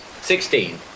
Sixteen